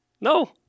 No